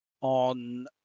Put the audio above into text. on